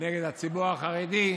נגד הציבור החרדי,